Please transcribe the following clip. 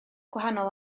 gwahanol